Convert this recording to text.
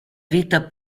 vita